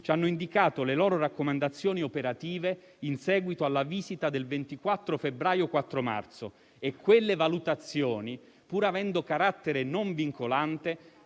ci hanno indicato le loro raccomandazioni operative in seguito alla visita del 24 febbraio-4 marzo; quelle valutazioni, pur avendo carattere non vincolante,